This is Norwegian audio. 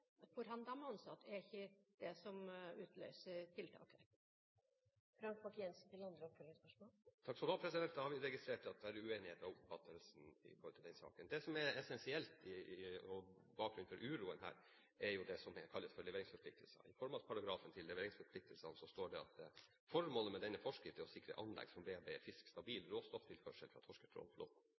ansatt, er ikke det som utløser tiltak her. Da har vi registrert at det er uenighet om oppfattelsen av den saken. Det som er essensielt og bakgrunnen for uroen her, er det som kalles leveringsforpliktelser. I formålsparagrafen til forskriften om leveringsforpliktelser står det: «Formålet med denne forskrift er å sikre anlegg som bearbeider fisk stabil råstofftilførsel fra